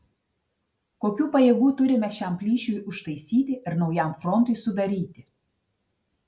kokių pajėgų turime šiam plyšiui užtaisyti ir naujam frontui sudaryti